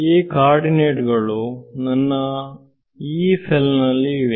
ಈ coordinate ಗಳು ನನ್ನ Yee ಸೆಲ್ ನಲ್ಲಿ ಇವೆ